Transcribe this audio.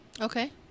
Okay